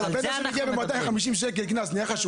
אדם שקיבל קנס של 250, נראה לך שהוא